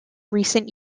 recent